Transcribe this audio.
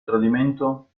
tradimento